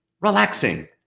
relaxing